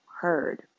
heard